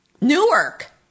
Newark